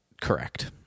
correct